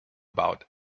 about